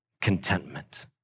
contentment